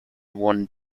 one